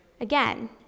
Again